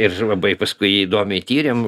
ir labai paskui įdomiai tyrėm